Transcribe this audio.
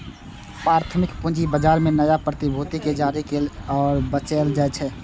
प्राथमिक पूंजी बाजार मे नया प्रतिभूति कें जारी कैल आ बेचल जाइ छै